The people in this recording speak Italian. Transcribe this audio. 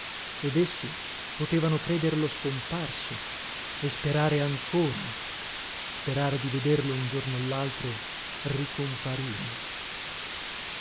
ed essi potevano crederlo scomparso e sperare ancora sperare di vederlo un giorno o laltro ricomparire